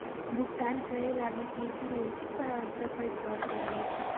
भुगतान करे ला भी पे.टी.एम के बड़ा स्तर पर इस्तेमाल करा हई